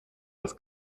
das